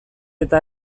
eta